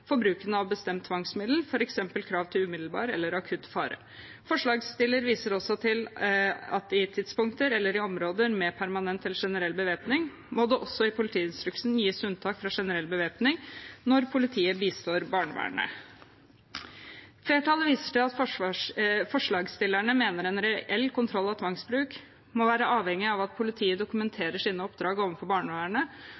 av et bestemt tvangsmiddel, f.eks. krav til umiddelbar eller akutt fare. Forslagsstillerne viser også til at på tidspunkter eller i områder med permanent eller generell bevæpning må det også i politiinstruksen gis unntak fra generell bevæpning når politiet bistår barnevernet. Flertallet viser til at forslagsstillerne mener en reell kontroll av tvangsbruk må være avhengig av at politiet